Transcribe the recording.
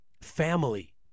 family